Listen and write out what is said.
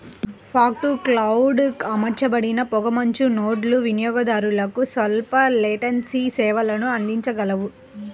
fog to cloud అమర్చబడిన పొగమంచు నోడ్లు వినియోగదారులకు స్వల్ప లేటెన్సీ సేవలను అందించగలవు